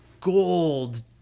gold